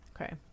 Okay